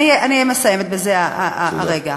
אני מסיימת בזה הרגע.